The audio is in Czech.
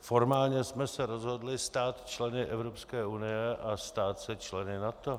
Formálně jsme se rozhodli stát členy Evropské unie a stát se členy NATO.